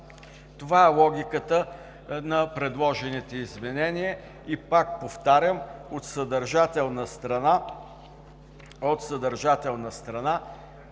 Това е логиката на предложените изменения и, пак повтарям, от съдържателна страна